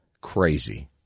crazy